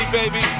baby